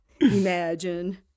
imagine